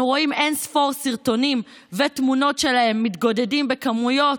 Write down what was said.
אנחנו רואים אין-ספור סרטונים ותמונות שלהם מתגודדים בכמויות,